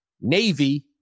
Navy